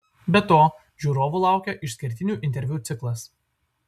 be to žiūrovų laukia išskirtinių interviu ciklas